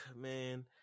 man